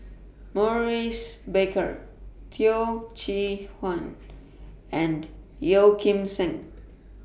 Maurice Baker Teo Chee Hean and Yeo Kim Seng